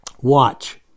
watch